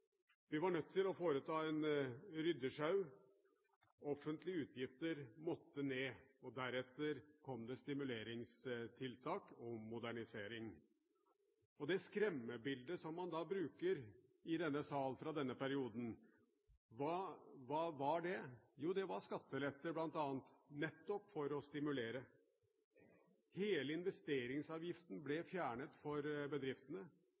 Vi var nødt til å foreta en ryddesjau. Offentlige utgifter måtte ned, og deretter kom det stimuleringstiltak og modernisering. Det skremmebildet som man brukte i denne sal fra denne perioden, hva var det? Jo, det var skattelette, bl.a., nettopp for å stimulere. Hele investeringsavgiften ble fjernet for bedriftene,